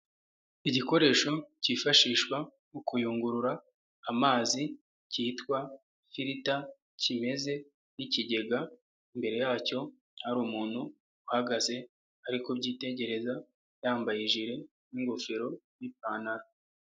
Igikoresho cyifashishwa, mu kuyungurura, amazi, cyitwa Firita, kimeze, nk'ikigega, imbere yacyo, hari umuntu, uhagaze, arikubyitegereza, yambaye ijile, n'ingofero, n'ipantaro.